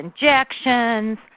injections